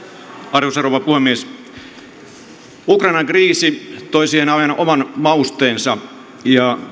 arvoisa rouva puhemies ukrainan kriisi toi siihen oman mausteensa ja